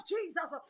Jesus